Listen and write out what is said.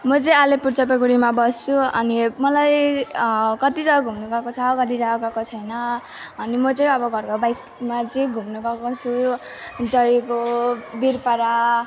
म चाहिँ आलिपुर जलपाइगुडीमा बस्छु अनि मलाई कति जग्गा घुम्नु गएको छ कति जग्गा गएको छैन अनि म चाहिँ अब घरको बाइकमा चाहिँ घुम्नु गएको छु जयगाउँ बिरपारा